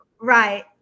Right